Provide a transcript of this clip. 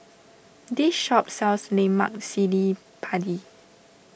this shop sells Lemak Cili Padi